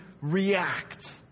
react